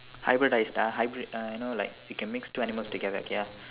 hybridise hybrid you know like you can mix two animals together okay ah